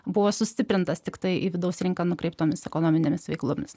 buvo sustiprintas tiktai vidaus rinka nukreiptomis ekonominėmis veiklomis